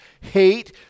Hate